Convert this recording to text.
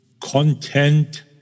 content